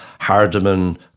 Hardiman